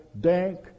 dank